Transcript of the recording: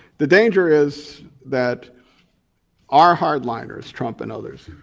the danger is that our hardliners, trump and others,